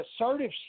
assertive